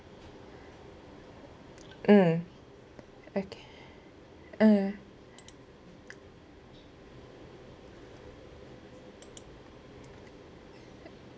mm okay uh